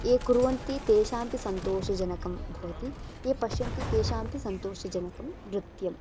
ये कुर्वन्ति तेषामपि सन्तोषजनकं भवति ये पश्यन्ति तेषामपि सन्तोषजनकं नृत्यम्